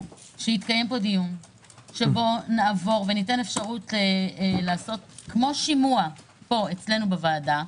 שיתקיים פה דיון שבו נעבור ויתאפשר לעשות כמו שימוע אצלנו פה בוועדה,